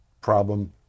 problem